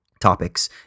topics